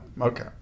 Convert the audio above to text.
okay